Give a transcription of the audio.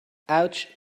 ouch